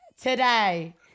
Today